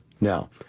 now